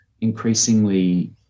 increasingly